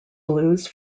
blues